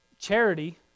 Charity